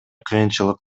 кыйынчылык